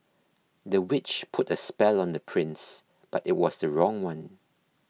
the witch put a spell on the prince but it was the wrong one